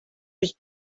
had